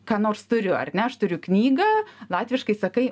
ką nors turiu ar ne aš turiu knygą latviškai sakai